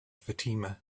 fatima